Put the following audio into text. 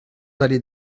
d’aller